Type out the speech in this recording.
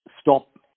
stop